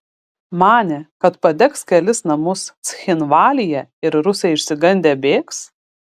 manė kad padegs kelis namus cchinvalyje ir rusai išsigandę bėgs